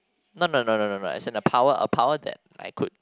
no no no no no as in a power a power that I could